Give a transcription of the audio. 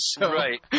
Right